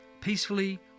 peacefully